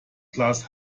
glas